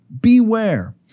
beware